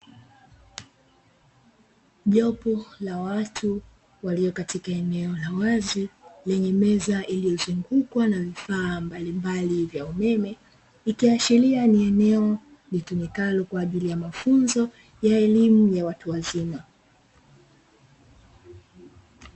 Jopo la watu walio katika eneo la wazi lenye meza iliyozungukwa na vifaa mbalimbali vya umeme ikiashiria ni eneo litumikalo kwa ajili ya mafunzo ya elimu ya watu wazima.